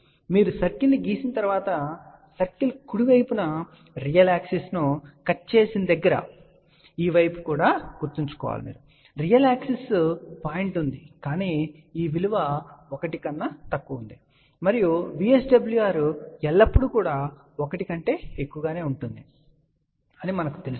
కాబట్టి మీరు సర్కిల్ను గీసిన తర్వాత సర్కిల్ కుడి వైపున రియల్ యాక్సిస్ ను కట్ చేసిన దగ్గరఈ వైపు కూడా గుర్తుంచుకోండి రియల్ యాక్సిస్ పాయింట్ ఉందికానీ ఈ విలువ 1 కన్నా తక్కువ ఉంటుంది మరియు VSWR ఎల్లప్పుడూ 1 కంటే ఎక్కువగా ఉంటుందని మనకు తెలుసు